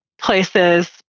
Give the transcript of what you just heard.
places